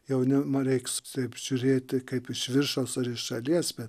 jauni man reiks taip žiūrėti kaip iš viršaus ar iš šalies bet